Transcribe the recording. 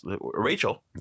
Rachel